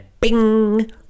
bing